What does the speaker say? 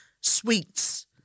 sweets